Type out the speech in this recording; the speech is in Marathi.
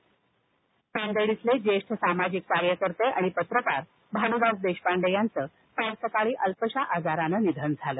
देशपांडे निधन नांदेड येथील ज्येष्ठ सामाजिक कार्यकर्ते आणि पत्रकार भानुदासराव देशपांडे यांचं काल सकाळी अल्पशा आजारानं निधन झालं